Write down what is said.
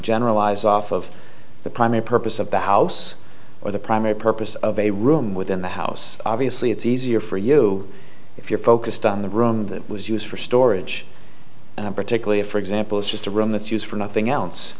generalize off of the primary purpose of the house or the primary purpose of a room within the house obviously it's easier for you if you're focused on the room that was used for storage and particularly for example is just a room that's used for nothing else